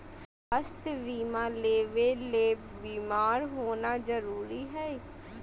स्वास्थ्य बीमा लेबे ले बीमार होना जरूरी हय?